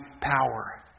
power